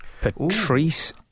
Patrice